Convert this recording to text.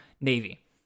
Navy